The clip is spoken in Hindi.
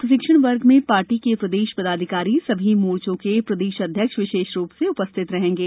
प्रशिक्षण वर्ग में पार्टी के प्रदेश पदाधिकारी सभी मोर्चों के प्रदेश अध्यक्ष विशेष रूप से उपस्थित रहेंगे